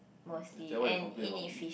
is that what you complain about me